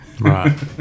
Right